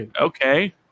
okay